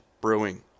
Brewing